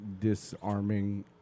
disarming